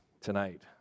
tonight